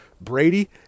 Brady